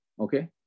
Okay